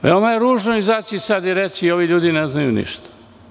Veoma je ružno izaći i reći – ovi ljudi ne znaju ništa.